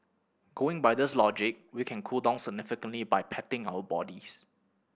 going by this logic we can cool down significantly by patting our bodies